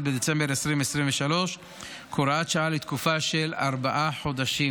בדצמבר 2023 כהוראת שעה לתקופה של ארבעה חודשים.